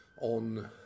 on